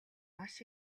маш